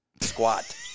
Squat